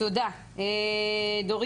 אנחנו דיברנו על 30 תלונות,